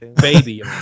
Baby